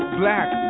black